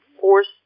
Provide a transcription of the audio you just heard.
force